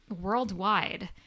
worldwide